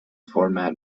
format